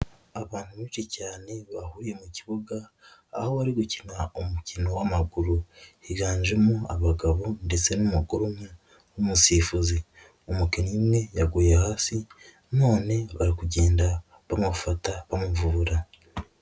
Abantu benshi cyane bahuriye mu kibuga aho bari gukina umukino w'amaguru, higanjemo abagabo ndetse n'umugore umwe w'umusifuzi. Umukinnyi umwe yaguye hasi, none bari kugenda bamufata bamuvura.